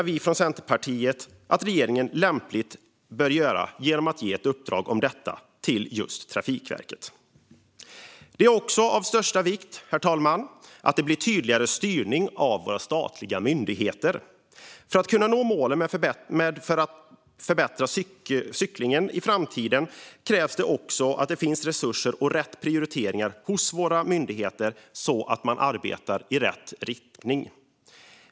Vi menar att regeringen lämpligen bör göra det genom att ge ett uppdrag rörande detta till Trafikverket. Det är också av största vikt, herr talman, att det blir en tydligare styrning av våra statliga myndigheter. För att kunna nå målen med att förbättra för cyklingen i framtiden krävs det också att det finns resurser och rätt prioriteringar hos våra myndigheter så att man arbetar i rätt riktning.